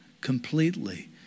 completely